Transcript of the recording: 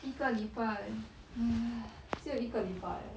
一个礼拜 !hais! 只有一个礼拜 eh